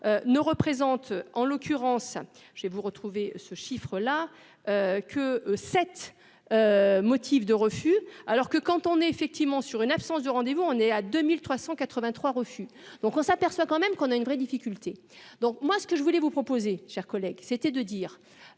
ne représente, en l'occurrence j'ai vous retrouver ce chiffre-là que cette motif de refus, alors que quand on est effectivement sur une absence de rendez vous, on est à 2383 refus, donc on s'aperçoit quand même qu'on a une vraie difficulté, donc moi ce que je voulais vous proposez, cher collègue, c'était de dire